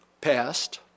passed